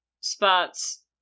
spots